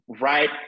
right